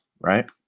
right